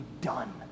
done